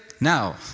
now